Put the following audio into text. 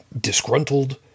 disgruntled